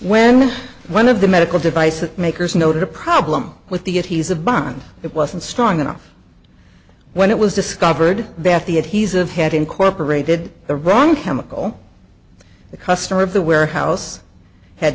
when one of the medical devices makers noted a problem with the it he's a bond it wasn't strong enough when it was discovered that the adhesive had incorporated the wrong chemical the customer of the warehouse had